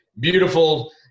beautiful